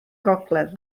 gogledd